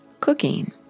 cooking